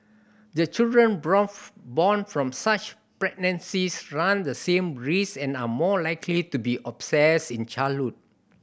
the children born from such pregnancies run the same risk and are more likely to be in childhood